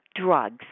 drugs